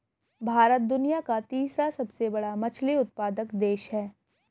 भारत दुनिया का तीसरा सबसे बड़ा मछली उत्पादक देश है